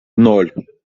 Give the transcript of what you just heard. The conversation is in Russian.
ноль